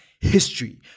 history